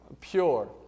pure